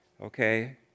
okay